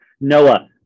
Noah